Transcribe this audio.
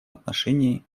отношении